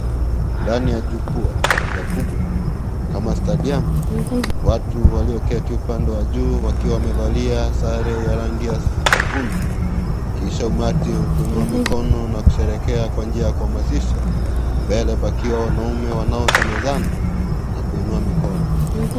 Ndani ya jukwa moja kubwa kama stadiumu. Watu walioketi upande wa juu wakiwa wamevalia sare ya rangi nyekundu. Kisha umati ukiinua mikono na kusherehekea kwa njia ya kuhamasisha. Mbele pakiwa wanaume wanaosemezana na kuinua mikono.